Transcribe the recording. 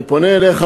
אני פונה אליך,